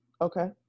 Okay